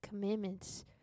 commandments